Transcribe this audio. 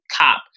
cop